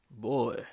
boy